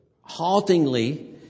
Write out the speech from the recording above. haltingly